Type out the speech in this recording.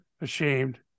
ashamed